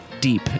deep